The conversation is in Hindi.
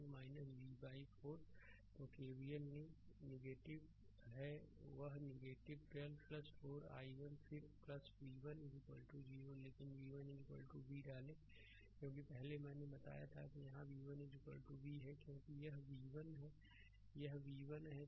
तो केबीएल लें वह है 12 4 i1 फिर v1 0 लेकिन v1 v डालें क्योंकि पहले मैंने बताया था कि यहाँ v1 v है क्योंकि यह v है यह v1 है